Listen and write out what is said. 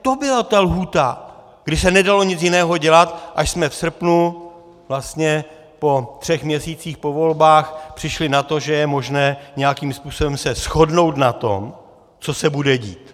To byla ta lhůta, kdy se nedalo nic jiného dělat, až jsme v srpnu po třech měsících po volbách přišli na to, že je možné se nějakým způsobem shodnout na tom, co se bude dít.